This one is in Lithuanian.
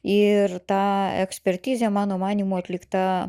ir ta ekspertizė mano manymu atlikta